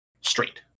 straight